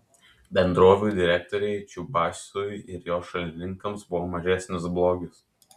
bendrovių direktoriai čiubaisui ir jo šalininkams buvo mažesnis blogis